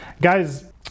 guys